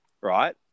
right